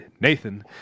Nathan